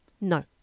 No